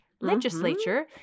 legislature